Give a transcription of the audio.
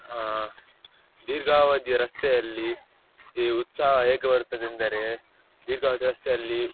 ಹಾಂ ದೀರ್ಘಾವಧಿಯ ರಸ್ತೆಯಲ್ಲಿ ಈ ಉತ್ಸಾಹ ಹೇಗೆ ಬರುತ್ತದೆಂದರೆ ದೀರ್ಘಾವಧಿಯ ರಸ್ತೆಯಲ್ಲಿ